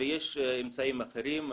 ויש אמצעים אחרים,